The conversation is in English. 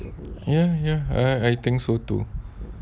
ya ya I think so too